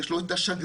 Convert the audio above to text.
יש לו את השגרירות,